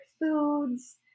foods